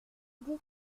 dit